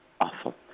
awful